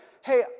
hey